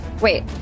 Wait